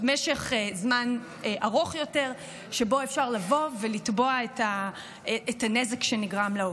משך זמן ארוך יותר שבו אפשר לבוא ולתבוע את הנזק שנגרם לעובד.